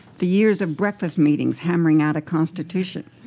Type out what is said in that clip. the years of breakfast meetings, hammering out a constitution.